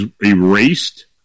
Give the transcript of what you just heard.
erased